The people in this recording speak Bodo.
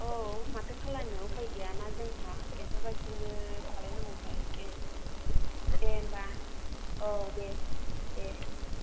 औ माथो खालायनो उपाय गैयाना जोंहा बेफोरबायदिखौनो खालायनांगौ जायो दे दे होमबा औ दे दे